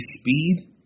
speed